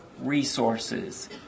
resources